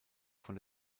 von